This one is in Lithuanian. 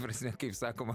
prasme kaip sakoma